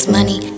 Money